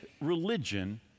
religion